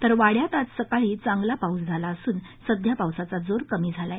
तर वाङ्यात आज सकाळी चांगला पाऊस झाला असून सध्या पावसाचा जोर कमी झाला आहे